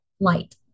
Light